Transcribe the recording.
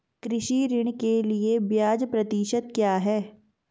कृषि ऋण के लिए ब्याज प्रतिशत क्या है?